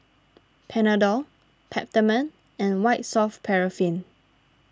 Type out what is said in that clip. Panadol Peptamen and White Soft Paraffin